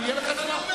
יהיה לך זמן.